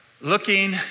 looking